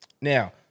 Now